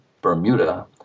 Bermuda